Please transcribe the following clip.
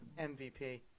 MVP